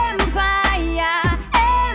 Empire